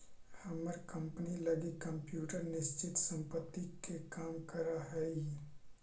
हमर कंपनी लगी कंप्यूटर निश्चित संपत्ति के काम करऽ हइ